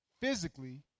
physically